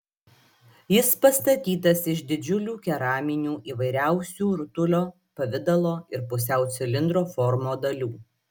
jis pastatytas iš didžiulių keraminių įvairiausių rutulio pavidalo ir pusiau cilindro formų dalių